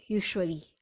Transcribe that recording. usually